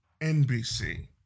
NBC